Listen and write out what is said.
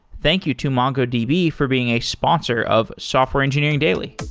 thank you to mongodb be for being a sponsor of software engineering daily